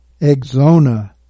Exona